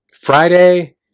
Friday